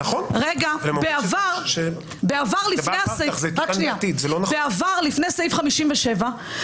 לפני סעיף 57,